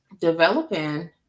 developing